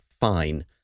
fine